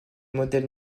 modèle